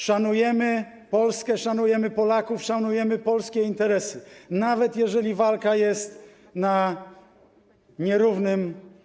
Szanujemy Polskę, szanujemy Polaków, szanujemy polskie interesy, nawet jeżeli walka jest na nierównym polu.